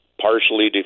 partially